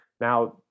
Now